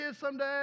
someday